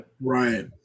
right